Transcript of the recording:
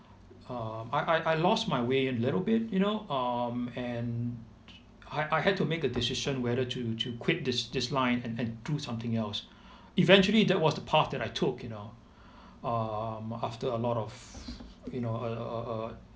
um I I I lost my way a little bit you know um and I I had to make a decision whether to to quit this this line and and do something else eventually that was the path that I took you know um after a lot of you know uh uh uh